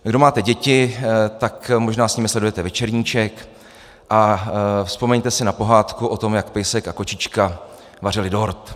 Kdo máte děti, tak možná s nimi sledujete Večerníček a vzpomeňte si na pohádku o tom, jak pejsek a kočička vařili dort.